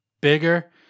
bigger